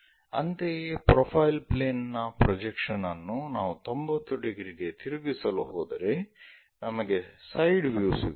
ಅಂತೆಯೇ profile plane ನ projection ಅನ್ನು ನಾವು 90 ಡಿಗ್ರಿಗೆ ತಿರುಗಿಸಲು ಹೋದರೆ ನಮಗೆ ಸೈಡ್ ವ್ಯೂ ಸಿಗುತ್ತದೆ